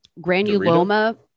Granuloma